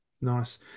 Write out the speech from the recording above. Nice